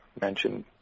mentioned